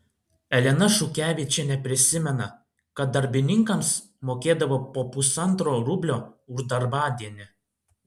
elena šukevičienė prisimena kad darbininkams mokėdavo po pusantro rublio už darbadienį